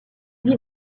vit